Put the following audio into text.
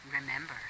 Remember